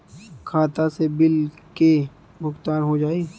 खाता से बिल के भुगतान हो जाई?